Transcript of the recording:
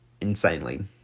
insanely